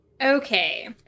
Okay